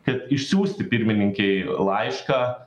kad išsiųsti pirmininkei laišką